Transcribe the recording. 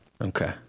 Okay